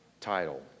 title